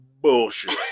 Bullshit